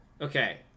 Okay